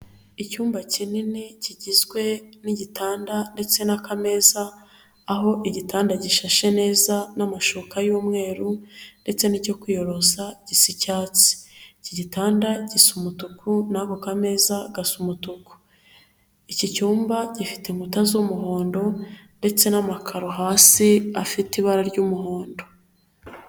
Icyumba kinini kigizwe n'igitanda ndetse n'akameza aho igitanda gishashe neza n'amashuka y'umweru, ndetse n'icyo kwiyorosa gisa icyatsi. Iki gitanda gisa umutuku n'ako kameza gasa umutuku. Iki cyumba gifite inkuta z'umuhondo, ndetse n'amakaro hasi afite ibara ry'umuhondo.